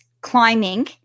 climbing